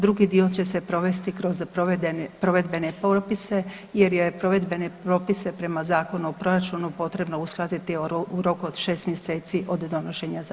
Drugi dio će se provesti kroz provedbene propise jer je provedbene propise prema Zakonu o proračunu potrebno uskladiti u roku od šest mjeseci od donošenja zakona.